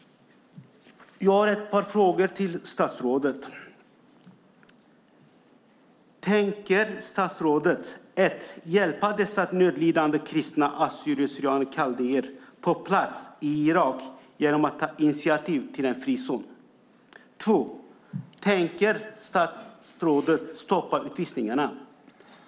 Jag har några frågor till statsrådet. Tänker statsrådet hjälpa dessa nödlidande kristna assyrier/syrianer och kaldéer på plats i Irak genom att ta initiativ till en frizon? Tänker statsrådet stoppa utvisningarna?